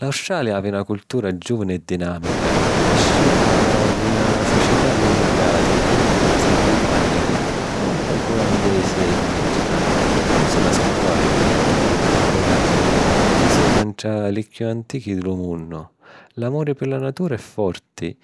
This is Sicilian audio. L’Australia havi na cultura giuvani e dinàmica, nasciuta di na società d’immigranti e d’influenzi britànnichi e un pocu olandisi e indìgena. Nun s’hannu a scurdari li culturi aborìgeni, chi sunnu ntra li chiù antichi di lu munnu. L’amuri pi la natura è forti,